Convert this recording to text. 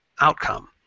outcome